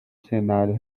cenário